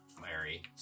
Mary